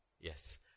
Yes